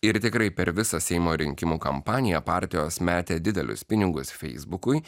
ir tikrai per visą seimo rinkimų kampaniją partijos metė didelius pinigus feisbukui